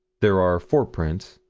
there are four prints,